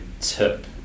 tip